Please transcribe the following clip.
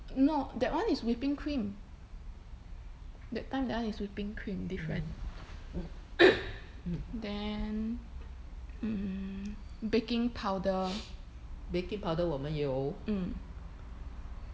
no that one is whipping cream that time that one is whipping cream different then mm baking powder mm